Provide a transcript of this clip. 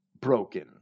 broken